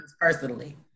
personally